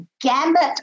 gamut